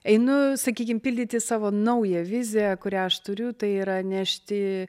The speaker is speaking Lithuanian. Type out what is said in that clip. einu sakykim pildyti savo naują viziją kurią aš turiu tai yra nešti